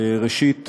ראשית,